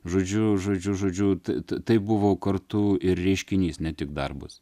žodžiu žodžiu žodžiu tai tai buvo kartu ir reiškinys ne tik darbas